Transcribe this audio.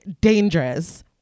dangerous